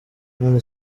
none